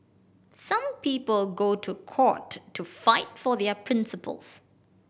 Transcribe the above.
some people go to court to fight for their principles